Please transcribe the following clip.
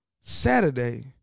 Saturday